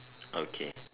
okay